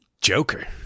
Joker